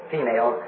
female